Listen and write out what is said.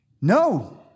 No